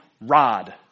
Rod